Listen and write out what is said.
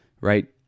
right